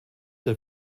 der